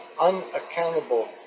unaccountable